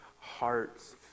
hearts